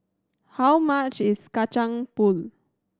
how much is Kacang Pool